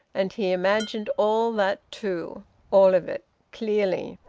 and he imagined all that too all of it clearly.